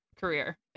career